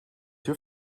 your